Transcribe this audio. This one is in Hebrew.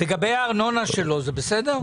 לגבי הארנונה שלו, זה בסדר?